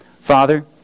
Father